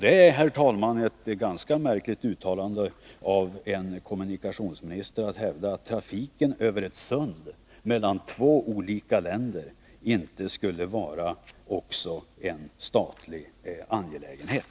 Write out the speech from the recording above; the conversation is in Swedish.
Det är, herr talman, ett ganska märkligt uttalande av en kommunikationsminister att hävda att trafiken över ett sund mellan två olika länder inte skulle vara också en statlig angelägenhet.